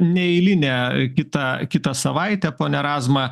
neeilinę kitą kitą savaitę pone razma